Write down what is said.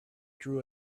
drew